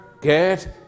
get